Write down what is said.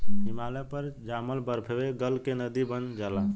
हिमालय पर जामल बरफवे गल के नदी बन जाला